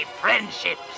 friendships